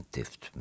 Tift